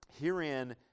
Herein